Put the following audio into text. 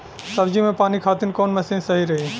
सब्जी में पानी खातिन कवन मशीन सही रही?